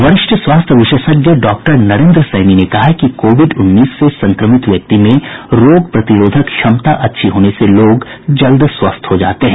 वरिष्ठ स्वास्थ्य विशेषज्ञ डॉक्टर नरेंद्र सैनी ने कहा है कि कोविड उन्नीस से संक्रमित व्यक्ति में रोग प्रतिरोधक क्षमता अच्छी होने से लोग जल्द स्वस्थ हो जाते हैं